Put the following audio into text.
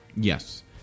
Yes